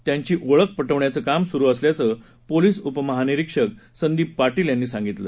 त्यांची ओळख पटवण्याचं काम सुरु असल्याचं पोलिस उपमहानिरीक्षक संदीप पाटील यांनी सांगितलं